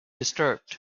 disturbed